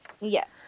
Yes